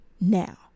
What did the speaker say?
Now